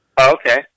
Okay